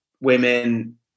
women